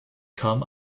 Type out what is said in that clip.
kam